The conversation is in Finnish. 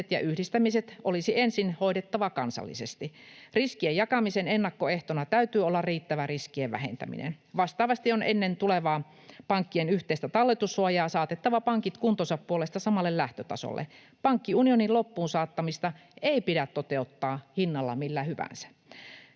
ja yhdistämiset olisi ensin hoidettava kansallisesti. Riskien jakamisen ennakkoehtona täytyy olla riittävä riskien vähentäminen. Vastaavasti on ennen tulevaa pankkien yhteistä talletussuojaa saatettava pankit kuntonsa puolesta samalle lähtötasolle. Pankkiunionin loppuunsaattamista ei pidä toteuttaa hinnalla millä hyvänsä.